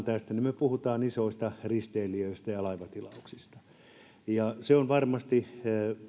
tästä niin me yleensä puhumme isoista risteilijöistä ja laivatilauksista se on varmasti